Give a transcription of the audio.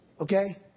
okay